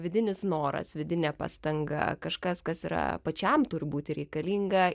vidinis noras vidinė pastanga kažkas kas yra pačiam turbūt ir reikalinga